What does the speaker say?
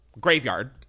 graveyard